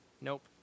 Nope